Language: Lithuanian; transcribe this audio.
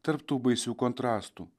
tarp tų baisių kontrastų